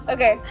Okay